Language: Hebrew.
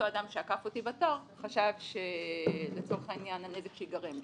אדם שעקף אותי בתור חשב על הנזק שייגרם לי.